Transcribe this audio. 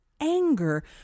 anger